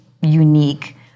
unique